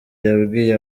yabwiye